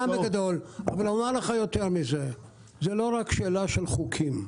זה לא רק שאלה של חוקים.